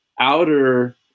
outer